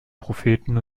propheten